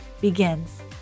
begins